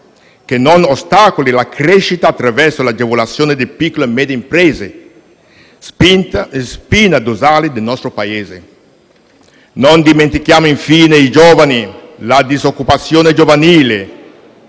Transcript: che non ostacoli la crescita attraverso l'agevolazione delle piccole e medie imprese, spina dorsale del nostro Paese**.** Non dimentichiamo, infine, i giovani: la disoccupazione giovanile